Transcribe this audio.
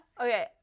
okay